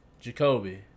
Jacoby